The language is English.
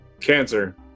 Cancer